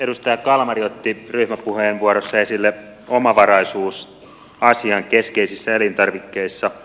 edustaja kalmari otti ryhmäpuheenvuorossa esille omavaraisuusasian keskeisissä elintarvikkeissa